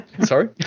Sorry